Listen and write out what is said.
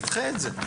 נדחה את זה.